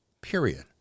Period